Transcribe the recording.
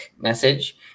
message